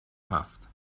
هفت